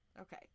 Okay